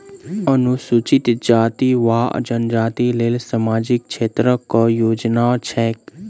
अनुसूचित जाति वा जनजाति लेल सामाजिक क्षेत्रक केँ योजना छैक?